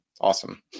awesome